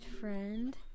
friend